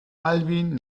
alwin